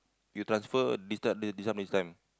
you transfer this type this number this time